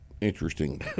interesting